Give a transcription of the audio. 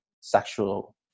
sexual